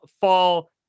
fall